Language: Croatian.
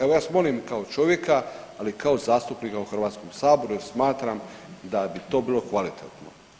Evo, ja vas molim i kao čovjeka, ali i kao zastupnika u HS-u jer smatram da bi to bilo kvalitetno.